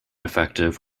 effective